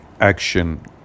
action